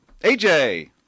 AJ